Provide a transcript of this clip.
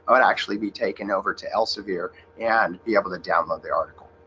i would actually be taken over to elsevier and be able to download the article